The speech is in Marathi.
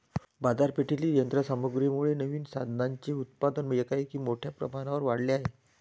बाजारपेठेतील यंत्र साधनांमुळे नवीन साधनांचे उत्पादन एकाएकी मोठ्या प्रमाणावर वाढले आहे